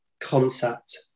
concept